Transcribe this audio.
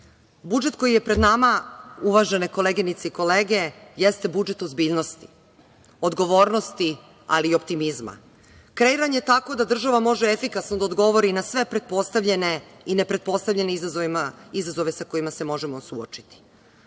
Budžet koji je pred nama, uvažene koleginice i kolege jeste budžet ozbiljnosti, odgovornosti, ali i optimizma. Kreiran je tako da država može efikasno da odgovori na sve pretpostavljene i nepretpostavljene izazove sa kojima se možemo suočiti. Predlog